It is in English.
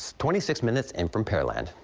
twenty six minutes in from pearland.